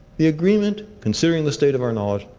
the agreement, considering the state of our knowledge,